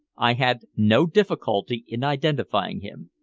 i had no difficulty in identifying him.